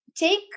take